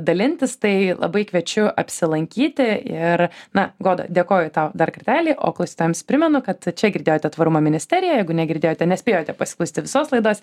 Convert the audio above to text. dalintis tai labai kviečiu apsilankyti ir na goda dėkoju tau dar kartelį o klausytojams primenu kad čia girdėjote tvarumo ministeriją jeigu negirdėjote nespėjote pasiklausyti visos laidos